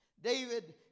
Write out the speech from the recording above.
David